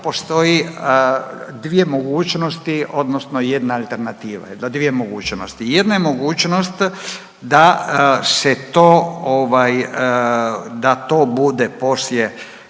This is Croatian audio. postoji dvije mogućnosti odnosno jedna alternativa i to dvije mogućnosti. Jedna je mogućnost